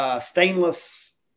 stainless